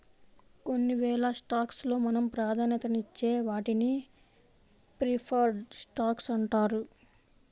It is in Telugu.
కొన్ని వేల స్టాక్స్ లో మనం ప్రాధాన్యతనిచ్చే వాటిని ప్రిఫర్డ్ స్టాక్స్ అంటారు